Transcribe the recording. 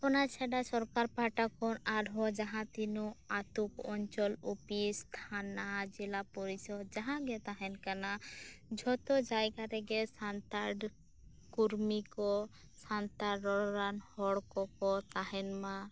ᱚᱱᱟ ᱪᱷᱟᱰᱟ ᱥᱚᱨᱠᱟᱨ ᱯᱟᱦᱚᱴᱟ ᱠᱷᱚᱱ ᱟᱨᱦᱚᱸ ᱡᱟᱦᱟᱸ ᱛᱤᱱᱟᱹᱜ ᱟᱛᱳ ᱚᱧᱪᱚᱞ ᱚᱯᱷᱤᱥ ᱛᱷᱟᱱᱟ ᱡᱮᱞᱟ ᱯᱚᱨᱤᱥᱥᱚᱫᱽ ᱡᱟᱦᱟᱸᱜᱮ ᱛᱟᱦᱮᱱ ᱠᱟᱱᱟ ᱡᱷᱚᱛᱚ ᱡᱟᱭᱜᱟ ᱨᱮᱜᱮ ᱥᱟᱱᱛᱟᱲ ᱠᱚᱨᱢᱤ ᱠᱚ ᱥᱟᱱᱛᱟᱲ ᱨᱚᱨᱚᱲᱟᱱ ᱦᱚᱲ ᱠᱚ ᱛᱟᱦᱮᱱ ᱢᱟ